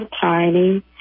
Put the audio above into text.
tiny